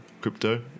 crypto